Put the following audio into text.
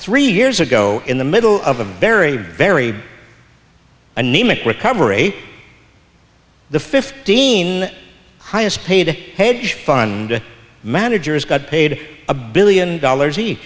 three years ago in the middle of a very very anemic recovery the fifteen highest paid hedge fund managers got paid a billion dollars he